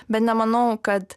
bet nemanau kad